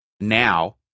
now